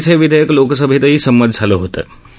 सोमवारीच हे विधेयक लोकसभेतही संमत झालं होतं